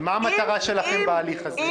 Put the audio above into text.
ומה המטרה שלכם בהליך הזה?